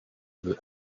that